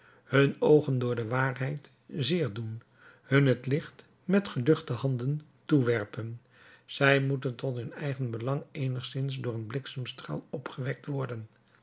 hun oogen door de waarheid zeer doen hun het licht met geduchte handen toewerpen zij moeten tot hun eigen belang eenigszins door een bliksemstraal opgewekt worden